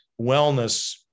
wellness